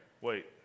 Wait